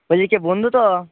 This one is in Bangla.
বলছি কে বন্ধু তো